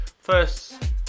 first